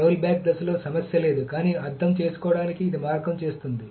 rollback దశలో సమస్య లేదు కానీ అర్థం చేసుకోవడానికి ఇది మార్గం చేస్తుంది